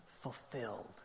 fulfilled